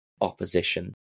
opposition